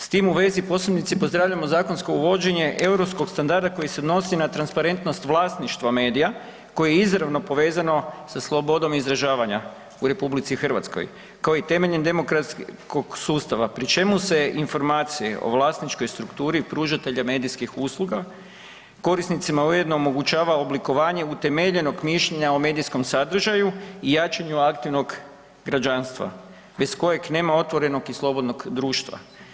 S tim u vezi posebice pozdravljamo zakonsko uvođenje europskog standarda koji se odnosi na transparentnost vlasništva medija koji je izravno povezano sa slobodom izražavanja u RH koji temeljem demokratskog sustava pri čemu se informacije u vlasničkoj strukturi pružatelja medijskih usluga, korisnicima ujedno omogućava oblikovanje utemeljenog mišljenja o medijskom sadržaju i jačanju aktivnog građanstva bez kojeg nema otvorenog i slobodnog društva.